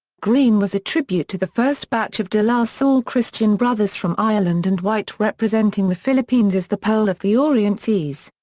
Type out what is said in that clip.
green was a tribute to the first batch of de la salle christian brothers from ireland and white representing the philippines as the pearl of the orient seas.